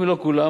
אם לא כולם,